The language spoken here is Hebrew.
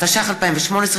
התשע"ח 2018,